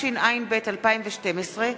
התשע"ב 2012,